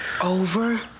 Over